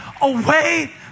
away